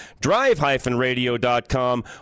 drive-radio.com